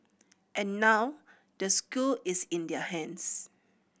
and now the school is in their hands